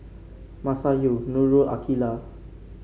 Masayu Nurul and Aqeelah